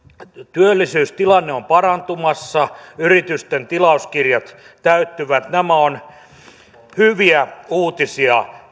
työllisyystilanne on parantumassa yritysten tilauskirjat täyttyvät nämä ovat hyviä uutisia